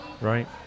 right